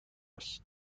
است